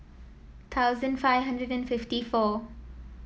thousand five hundred and fifty four